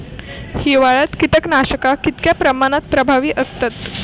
हिवाळ्यात कीटकनाशका कीतक्या प्रमाणात प्रभावी असतत?